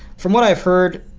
from what i've heard,